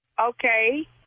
okay